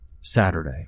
Saturday